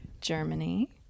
Germany